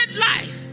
life